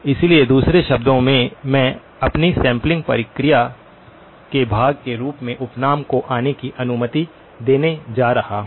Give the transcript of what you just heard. इसलिए दूसरे शब्दों में मैं अपनी सैंपलिंग प्रक्रिया के भाग के रूप में अलियासिंगको आने की अनुमति देने जा रहा हूं